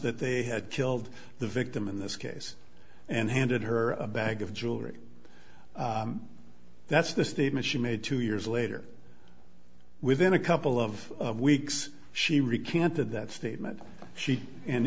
that they had killed the victim in this case and handed her a bag of jewelry that's the statement she made two years later within a couple of weeks she recanted that statement she